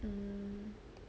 um